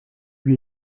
lui